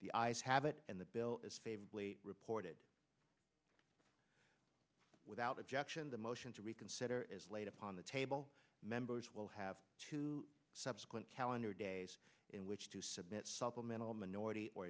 the ayes have it in the bill as favorably reported without objection the motion to reconsider is laid upon the table members will have two subsequent calendar days in which to submit supplemental minority or